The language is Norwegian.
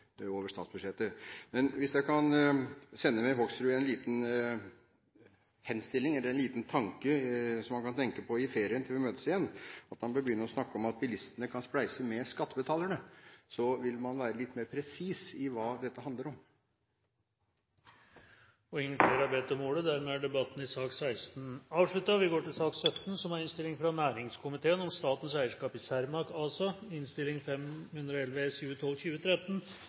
over statsbudsjettet. Men hvis jeg kan sende med representanten Hoksrud en liten henstilling eller en liten tanke som han kan tenke på i ferien til vi møtes igjen, er det at han bør begynne å snakke om at bilistene kan spleise med skattebetalerne. Da ville man være litt mer presis på hva dette handler om. Flere har ikke bedt om ordet til sak nr. 16. Etter ønske fra næringskomiteen